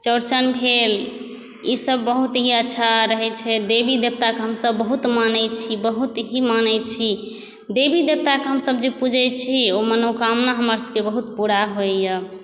चौड़चन भेल ई सब बहुत ही अच्छा होइ छै देवी देवताके हमसब बहुत मानै छी बहुत ही मानै छी देवी देवताकेँ जे हम सब पुजै छी ओ मनोकामना हमरा सभकेँ बहुत पुरा होइया